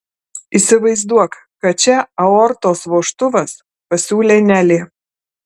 įsivaizduok kad čia aortos vožtuvas pasiūlė nelė